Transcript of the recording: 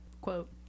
Quote